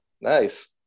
nice